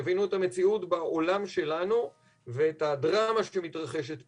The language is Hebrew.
יבינו את המציאות בעולם שלנו ואת הדרמה שמתרחשת פה,